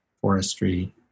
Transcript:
forestry